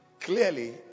clearly